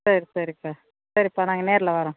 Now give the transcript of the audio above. சரி சரிப்பா சரிப்பா நாங்கள் நேர்ல வரோம்